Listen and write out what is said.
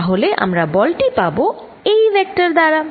তাহলে আমরা বল টি পাব এই ভেক্টর দ্বারা